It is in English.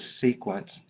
sequence